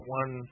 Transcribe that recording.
one